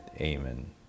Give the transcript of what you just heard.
Amen